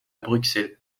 bruxelles